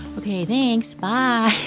okay thanks, bye!